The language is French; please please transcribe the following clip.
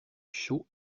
chaud